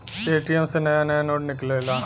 ATM से नया नया नोट निकलेला